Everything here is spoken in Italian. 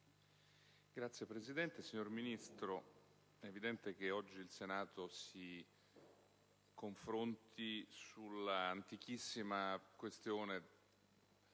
Signor Presidente, signor Ministro, è evidente che oggi il Senato si confronta sull'antichissima questione,